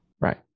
right